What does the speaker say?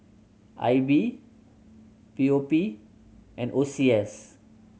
I B P O P and O C S